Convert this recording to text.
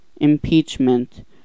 impeachment